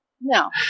No